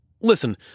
Listen